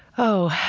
oh,